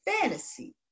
fantasy